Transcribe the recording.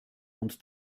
und